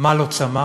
מה לא צמח?